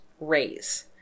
raise